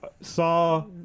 saw